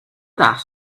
that